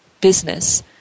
business